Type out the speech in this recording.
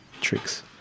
tricks